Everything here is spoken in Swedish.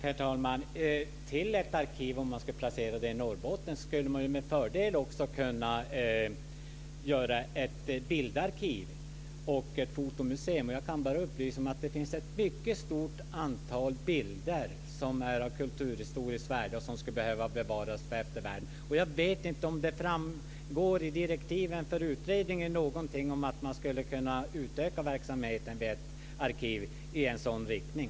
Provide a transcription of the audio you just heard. Herr talman! Om man skulle placera ett arkiv i Norrbotten skulle man med fördel också kunna göra ett bildarkiv och ett fotomuseum. Jag kan bara upplysa om att det finns ett mycket stort antal bilder som är av kulturhistoriskt värde och som skulle behöva bevaras för eftervärlden. Jag vet inte om det i direktiven för utredningen framgår någonting om att man skulle kunna utöka verksamheten vid ett arkiv i en sådan riktning.